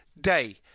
day